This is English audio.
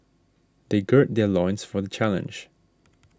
they gird their loins for the challenge